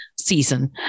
season